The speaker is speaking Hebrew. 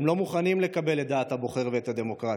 הוא לא מוכן לקבל את דעת הבוחר ואת הדמוקרטיה.